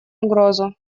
угрозу